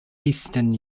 eastern